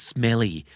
Smelly